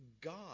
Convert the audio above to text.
God